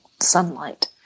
sunlight